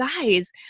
guys